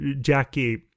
Jackie